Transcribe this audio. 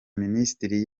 minisiteri